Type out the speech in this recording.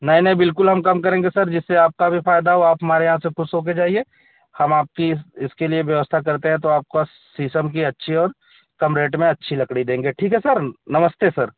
नहीं नहीं बिल्कुल हम करेंगें सर जिससे आपका भी फ़ायदा हो आप हमारे यहाँ से ख़ुश होकर जाइए हम आपकी इसके लिए व्यवस्था करते हैं तो आपको शीशम की अच्छी और कम रेट में अच्छी लकड़ी देंगे ठीक है सर नमस्ते सर